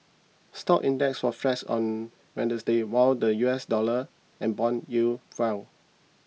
stock index was flats on Wednesday while the U S dollar and bond yields fell